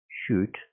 shoot